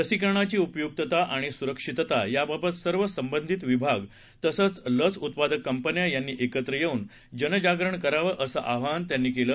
लसीकरणाची उपयुक्तता आणि सूरक्षितता याबाबत सर्व संबंधित विभाग तसंच लस उत्पादक कंपन्या यांनी एकत्र येऊन जनजागरण करावं असं आवाहन त्यांनी आज केलं